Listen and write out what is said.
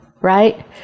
right